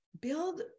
build